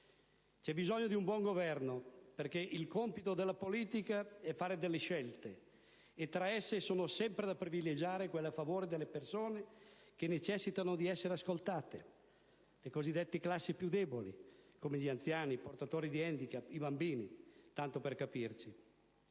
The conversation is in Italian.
C'è bisogno di un buongoverno perché il compito della politica è fare scelte e tra esse sono sempre da privilegiare quelle a favore delle persone che necessitano di essere ascoltate, le cosiddette classi più deboli come gli anziani, i portatori di *handicap*, i bambini. Inoltre,